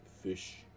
fish